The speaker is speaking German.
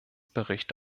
bericht